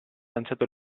lanciato